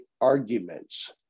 arguments